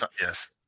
Yes